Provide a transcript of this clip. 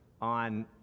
on